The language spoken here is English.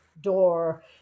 door